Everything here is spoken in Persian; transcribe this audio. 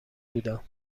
بودم